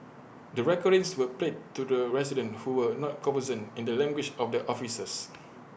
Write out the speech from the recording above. the recordings were played to the residents who were not conversant in the language of the officers